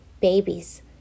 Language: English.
babies